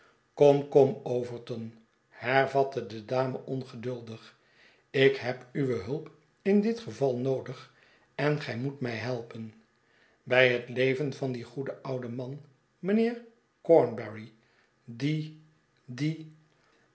kom kom overton hervatte de dame ongeduldig ik heb uwe hulp in dit geval noodig en gij moet mij helpen bij het leven van dien goeden ouden man mijnheer cornberry die die